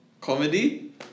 Comedy